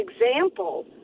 example